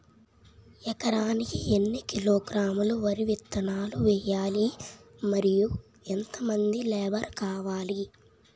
ఎకరానికి ఎన్ని కిలోగ్రాములు వరి విత్తనాలు వేయాలి? మరియు ఎంత మంది లేబర్ కావాలి?